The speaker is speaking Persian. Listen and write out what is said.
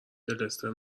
دلستر